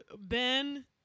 Ben